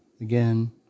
again